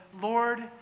Lord